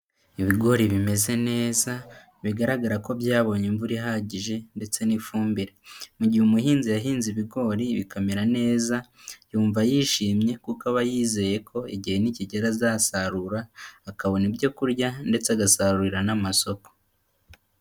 Ibigori bimeze neza bigaragara ko byabonye imvura ihagije ndetse n'ifumbire. Mu igihe umuhinzi yahinze ibigori bikamera neza yumva yishimye kuko aba yizeye ko igihe nikigera, azasarura akabona ibyo kurya ndetse agasagurira n'amasoko.